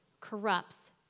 corrupts